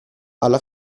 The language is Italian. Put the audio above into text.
alla